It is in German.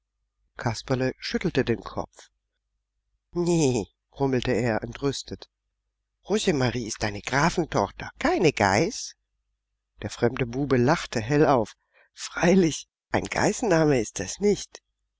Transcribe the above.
kasperle schüttelte den kopf nä brummelte er entrüstet rosemarie ist eine grafentochter keine geiß der fremde bube lachte hell auf freilich ein geißenname ist's nicht